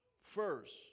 first